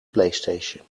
playstation